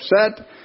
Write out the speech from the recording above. upset